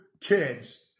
kids